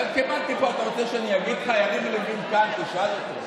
יריב לוין כאן, תשאל אותו.